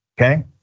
okay